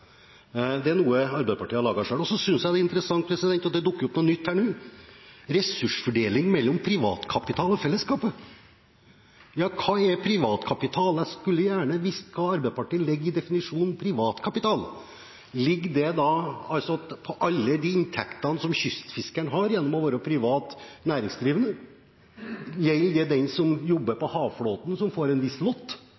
Det er noe Arbeiderpartiet har laget selv. Jeg synes det er interessant at det dukker opp noe nytt nå: ressursfordeling mellom privatkapital og fellesskapet. Hva er privatkapital? Jeg skulle gjerne visst hva Arbeiderpartiet legger i definisjonen «privatkapital». Er det alle inntektene som kystfiskeren har ved å være privat næringsdrivende? Gjelder det de som jobber